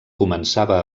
començava